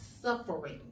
suffering